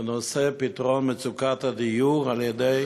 בנושא פתרון מצוקת הדיור על-ידי